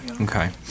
Okay